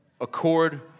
accord